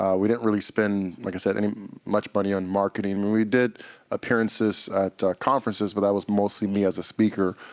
um we didn't really spend, like i said, any much money on marketing. we did appearances at conferences, but that was mostly me as a speaker.